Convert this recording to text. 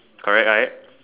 correct right